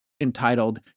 entitled